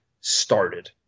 started